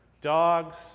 dogs